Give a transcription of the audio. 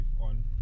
on